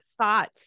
thoughts